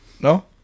No